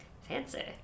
Fancy